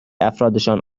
افرادشان